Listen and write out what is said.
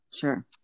sure